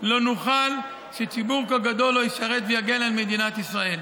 לא נוכל שציבור גדול לא ישרת ויגן על מדינת ישראל.